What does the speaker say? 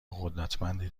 قدرتمندی